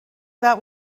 that